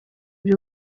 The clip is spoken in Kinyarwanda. byo